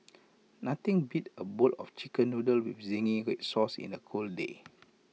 nothing beats A bowl of Chicken Noodles with Zingy Red Sauce in A cold day